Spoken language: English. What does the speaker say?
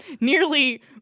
Nearly